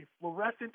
fluorescent